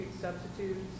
substitutes